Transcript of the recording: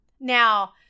now